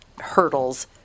hurdles